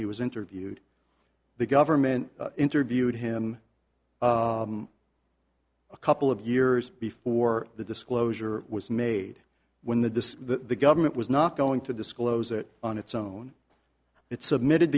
he was interviewed the government interviewed him a couple of years before the disclosure was made when the government was not going to disclose it on its own it submitted